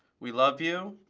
we love you.